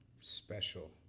Special